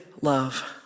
love